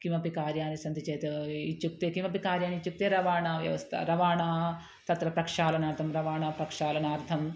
किमपि कार्याणि सन्ति चेत् इत्युक्ते किमपि कार्याणि इत्युक्ते रवाणव्यवस्था रवाण तत्र प्रक्षालनार्थं रवाणप्रक्षालनार्थम्